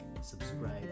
subscribe